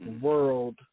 world